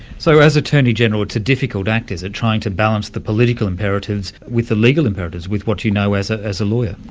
so as attorney-general, it's a difficult act, is it, trying to balance the political imperatives with the legal imperatives, with what you know as ah as a lawyer?